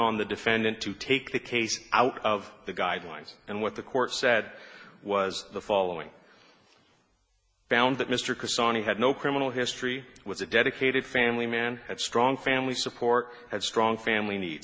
on the defendant to take the case out of the guidelines and what the court said was the following found that mr casady had no criminal history was a dedicated family man had strong family support had strong family